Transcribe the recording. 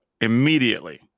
immediately